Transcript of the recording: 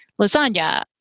lasagna